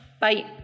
Bye